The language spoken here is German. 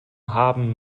haben